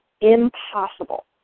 impossible